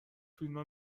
فیلما